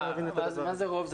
מה זה רוב?